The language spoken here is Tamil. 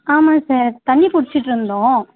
ஆமாம் சார் தண்ணி பிடிச்சிட்டு இருந்தோம்